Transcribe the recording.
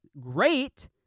great